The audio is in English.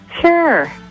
Sure